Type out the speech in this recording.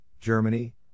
Germany